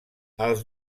els